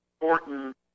important